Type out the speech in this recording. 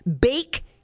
bake